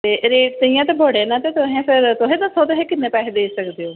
ते रेट ताहियें ते बड़े न ते फिर तुस दस्सो किन्ने पैसे देई सकदे ओ